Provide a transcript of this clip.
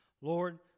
Lord